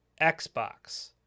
Xbox